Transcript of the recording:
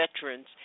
veterans